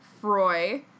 Froy